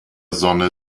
sonne